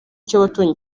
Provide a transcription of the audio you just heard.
cy’abaturanyi